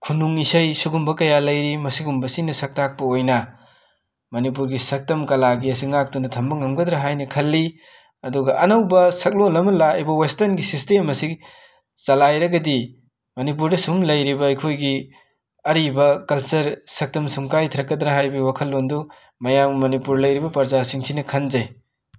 ꯈꯨꯅꯨꯡ ꯏꯁꯩ ꯁꯤꯒꯨꯝꯕ ꯀꯌꯥ ꯂꯩꯔꯤ ꯃꯁꯤꯒꯨꯝꯕꯁꯤꯅ ꯁꯛꯇꯥꯛꯄ ꯑꯣꯏꯅ ꯃꯅꯤꯄꯨꯔꯒꯤ ꯁꯛꯇꯝ ꯀꯂꯥꯒꯤ ꯑꯁꯤ ꯉꯥꯛꯇꯨꯅ ꯊꯝꯕ ꯉꯝꯒꯗꯔ ꯍꯥꯏꯅ ꯈꯜꯂꯤ ꯑꯗꯨꯒ ꯑꯅꯧꯕ ꯁꯛꯂꯣꯟ ꯑꯃ ꯂꯥꯛꯏꯕ ꯋꯦꯁꯇꯟꯒꯤ ꯁꯤꯁꯇꯦꯝ ꯑꯁꯤ ꯆꯂꯥꯏꯔꯒꯗꯤ ꯃꯅꯤꯄꯨꯔꯗ ꯁꯨꯝ ꯂꯩꯔꯤꯕ ꯑꯩꯈꯣꯏꯒꯤ ꯑꯔꯤꯕ ꯀꯜꯆꯔ ꯁꯛꯇꯝ ꯁꯨꯝ ꯀꯥꯏꯊꯔꯛꯀꯗꯔ ꯍꯥꯏꯕꯒꯤ ꯋꯥꯈꯜꯂꯣꯟꯗꯨ ꯃꯌꯥꯝ ꯃꯅꯤꯄꯨꯔ ꯂꯩꯔꯤꯕ ꯄ꯭ꯔꯖꯥꯁꯤꯡꯁꯤꯅ ꯈꯟꯖꯩ